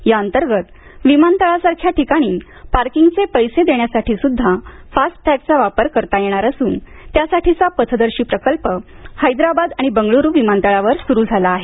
याअंतर्गत विमानतळासारख्या ठिकाणी पार्किंगचे पैसे देण्यासाठी सुद्धा फास्ट टॅगचा वापर करता येणार असून त्यासाठीचा पथदर्शी प्रकल्प हैदराबाद आणि बंगळ्रू विमानतळावर सुरु झाला आहे